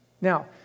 Now